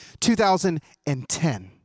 2010